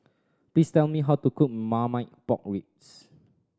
please tell me how to cook Marmite Pork Ribs